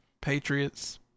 Patriots